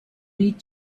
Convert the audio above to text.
need